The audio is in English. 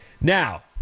now